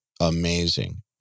amazing